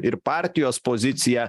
ir partijos pozicija